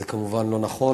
זה כמובן לא נכון.